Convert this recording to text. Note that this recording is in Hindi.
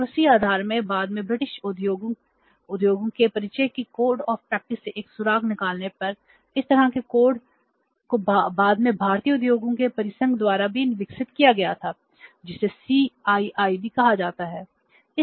और इसी आधार पर बाद में ब्रिटिश उद्योगों के परिसंघ के कोड ऑफ़ प्रैक्टिस हो जाता है